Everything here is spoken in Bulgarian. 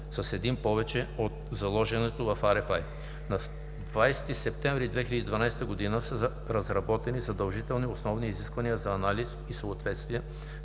с един повече от заложения в RFI; - на 20 септември 2012 г. са разработени Задължителни основни изисквания за анализ и съответствие